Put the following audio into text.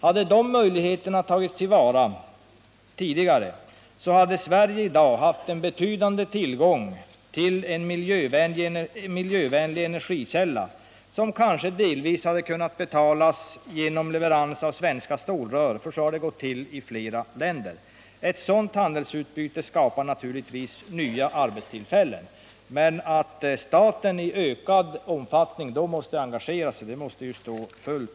Hade de möjligheterna tagits till vara tidigare hade Sverige i dag haft en betydande tillgång till en miljövänlig energikälla, som kanske delvis hade kunnat betalas genom leveranser av svenska stålrör, för så har det gått till i flera länder. Ett sådant handelsutbyte skapar naturligtvis nya arbetstillfällen. Men att staten då i ökad omfattning måste engagera sig står fullt klart.